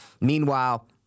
Meanwhile